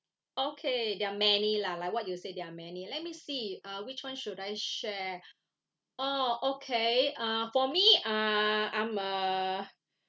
okay there are many lah like what you said there are many let me see uh which one should I share orh okay uh for me uh I'm a